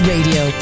Radio